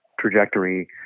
trajectory